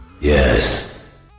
yes